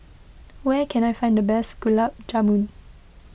where can I find the best Gulab Jamun